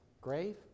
grave